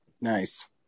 Nice